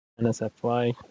nsfy